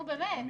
נו, באמת.